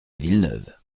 villeneuve